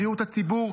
בריאות הציבור,